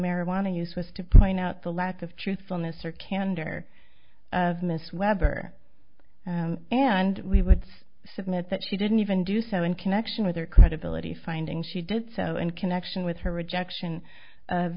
marijuana use with to point out the lack of truthfulness or candor of miss weber and we would submit that she didn't even do so in connection with her credibility finding she did so in connection with her rejection